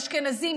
אשכנזים,